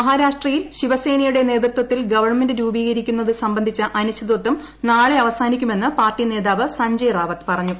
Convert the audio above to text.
മഹാരാഷ്ട്രയിൽ ശിവസേനയുടെ നേതൃത്വത്തിൽ ഗവൺമെന്റ് രൂപീകരിക്കുന്നത് സംബന്ധിച്ച അനിശ്ചിതത്വം നാളെ അവസാനിക്കുമെന്ന് പാർട്ടി നേതാവ് സഞ്ജയ് റാവത്ത് പറഞ്ഞു